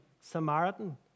Samaritan